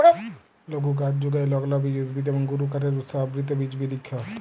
লঘুকাঠ যুগায় লগ্লবীজ উদ্ভিদ এবং গুরুকাঠের উৎস আবৃত বিচ বিরিক্ষ